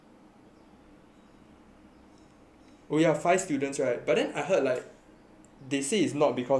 oh yeah five student right but then I heard like they say it's not because of the spread in schools but